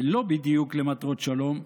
ולא בדיוק למטרות שלום,